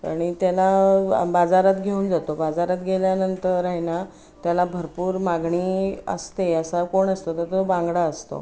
आणि त्याला बाजारात घेऊन जातो बाजारात गेल्यानंतर आहे ना त्याला भरपूर मागणी असते असा कोण असतो तर तो बांगडा असतो